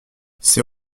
ces